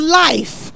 life